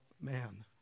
man